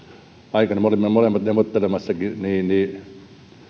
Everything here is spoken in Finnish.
aikana me olimme molemmat neuvottelemassa niin niin